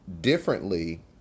differently